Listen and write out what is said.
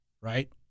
right